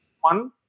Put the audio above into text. One